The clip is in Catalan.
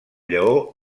lleó